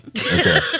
Okay